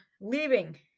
leaving